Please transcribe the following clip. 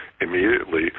immediately